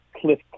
cliff